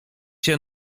się